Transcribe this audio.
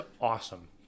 awesome